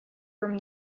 from